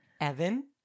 Evan